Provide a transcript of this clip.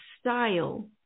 style